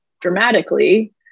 dramatically